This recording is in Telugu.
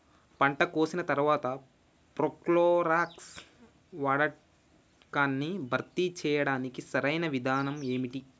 పంట కోసిన తర్వాత ప్రోక్లోరాక్స్ వాడకాన్ని భర్తీ చేయడానికి సరియైన విధానం ఏమిటి?